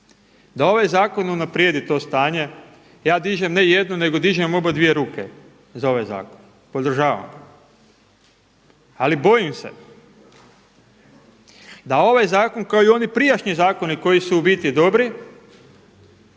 da ovaj zakon unaprijedi to stanje ja dižem ne jednu nego dižem obadvije ruke za ovaj zakon, podržavam ga, ali bojim se da ovaj zakon kao i oni prijašnji zakoni koji su u biti dobri